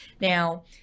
Now